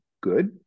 good